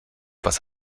was